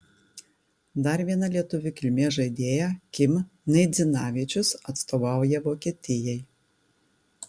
dar viena lietuvių kilmės žaidėja kim naidzinavičius atstovauja vokietijai